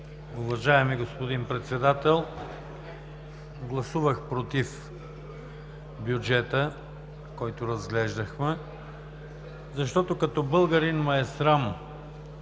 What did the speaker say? Уважаеми господин Председател! Гласувах против бюджета, който разглеждахме, защото като българин ме е срам